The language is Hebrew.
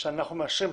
שאנחנו מאשרים אותו,